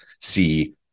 see